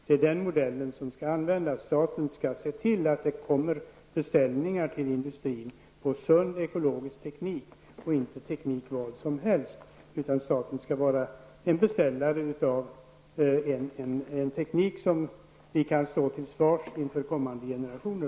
Det är den modellen som skall användas -- staten skall se till att det kommer beställningar till industrin på sund ekologisk teknik, och inte vilken teknik som helst utan en teknik som vi kan stå till svars för inför kommande generationer.